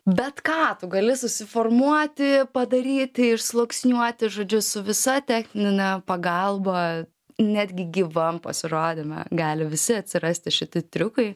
bet ką tu gali susiformuoti padaryti ir sluoksniuoti žodžiu su visa technine pagalba netgi gyvam pasirodyme gali visi atsirasti šiti triukai